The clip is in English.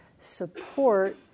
support